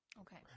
Okay